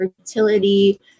fertility